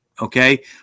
okay